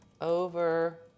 over